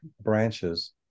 branches